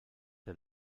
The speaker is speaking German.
der